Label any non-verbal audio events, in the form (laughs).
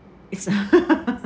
it's a (laughs)